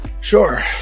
Sure